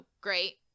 great